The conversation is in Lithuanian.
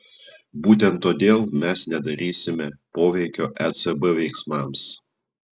būtent todėl mes nedarysime poveikio ecb veiksmams